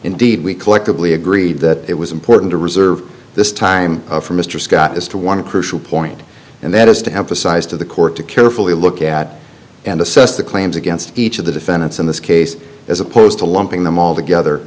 indeed we collectively agreed that it was important to reserve this time for mr scott as to one crucial point and that is to emphasize to the court to carefully look at and assess the claims against each of the defendants in this case as opposed to lumping them all together